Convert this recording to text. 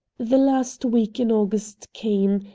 the last week in august came,